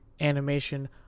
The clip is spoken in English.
animation